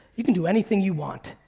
you can do anything you want.